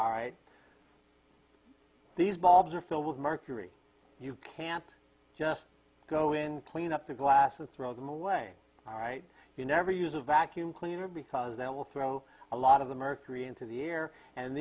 all right these bulbs are filled with mercury you can't just go in clean up the glass and throw them away all right you never use a vacuum cleaner because that will throw a lot of the mercury into the air and